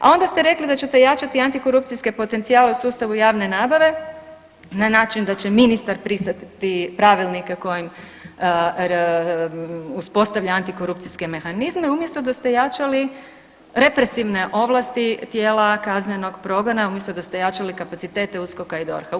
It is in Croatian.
A onda ste rekli da ćete jačati antikorupcijske potencijale u sustavu javne nabave na način da će ministar … pravilnike kojim uspostavlja antikorupcijske mehanizme umjesto da ste jačali represivne ovlasti tijela kaznenog progona umjesto da ste jačali kapacitete USKOK-a i DORH-a.